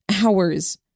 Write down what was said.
hours